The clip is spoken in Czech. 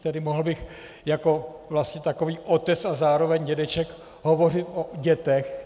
Tady mohl bych jako vlastně takový otec a zároveň dědeček hovořit o dětech.